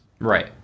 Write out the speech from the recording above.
Right